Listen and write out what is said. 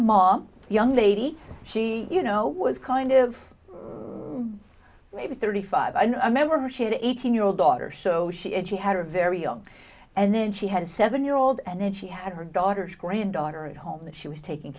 a mom young lady she you know was kind of maybe thirty five i remember her she had eighteen year old daughter so she and she had a very young and then she had a seven year old and then she had her daughter's granddaughter at home and she was taking